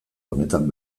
honetan